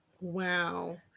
wow